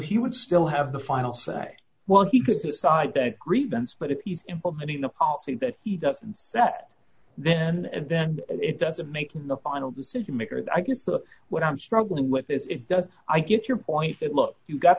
would still have the final say well he could decide that grievance but if he's implementing the policy that he doesn't set then and then it doesn't make the final decision maker i guess what i'm struggling with is it does i get your point that look you've got